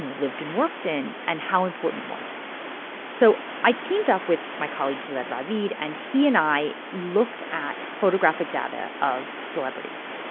you know lived and worked in and how important it was so i teamed up with my colleague gilad ravid, and he and i looked at photographic data of celebrities.